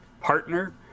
partner